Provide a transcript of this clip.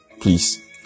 Please